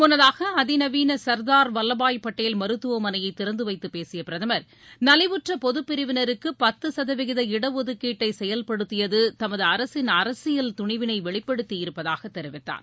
முன்னதாக அதிநவீன சர்தார் வல்லபாய் பட்டேல் மருத்துவமனையை திறந்துவைத்து பேசிய பிரதமர் நலிவுற்ற பொதுப்பிரிவினருக்கு பத்து சதவீத இடஒதுக்கீட்டை செயல்படுத்தியது தமது அரசின் அரசியல் துணிவினை வெளிப்படுத்தி இருப்பதாக தெரிவித்தார்